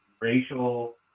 racial